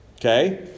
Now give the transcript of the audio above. Okay